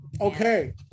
Okay